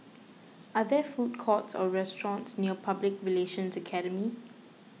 are there food courts or restaurants near Public Relations Academy